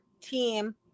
team